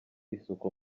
isuku